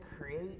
create